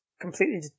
completely